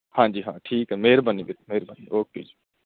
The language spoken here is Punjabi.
ਹਾਂਜੀ ਹਾਂ ਠੀਕ ਆ ਮਿਹਰਬਾਨੀ ਵੀਰ ਮਿਹਰਬਾਨੀ ਓਕੇ ਜੀ